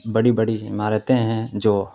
بڑی بڑی عمارتیں ہیں جو